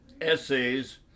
essays